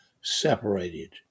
separated